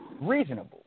reasonable